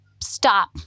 stop